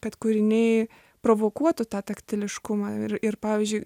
kad kūriniai provokuotų tą taktiškumą ir ir pavyzdžiui